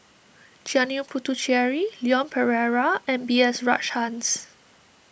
Janil Puthucheary Leon Perera and B S Rajhans